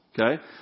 okay